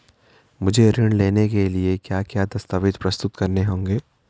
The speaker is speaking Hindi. मुझे ऋण लेने के लिए क्या क्या दस्तावेज़ प्रस्तुत करने होंगे?